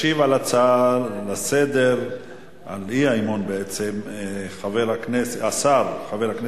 ישיב על הצעת האי-אמון השר חבר הכנסת